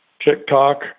tiktok